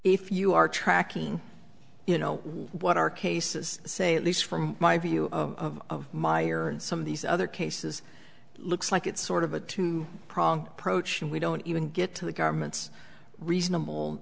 if you are tracking you know what our cases say at least from my view of my or in some of these other cases looks like it's sort of a two prong approach and we don't even get to the government's reasonable